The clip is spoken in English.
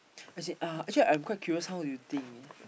as in uh actually I'm quite curious how you think eh